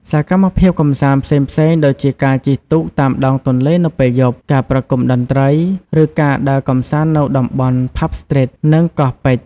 សកម្មភាពកម្សាន្តផ្សេងៗដូចជាការជិះទូកតាមដងទន្លេនៅពេលយប់ ការប្រគំតន្ត្រី ឬការដើរកម្សាន្តនៅតំបន់ ផាប់ស្ទ្រីត និងកោះពេជ្រ។